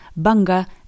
Bunga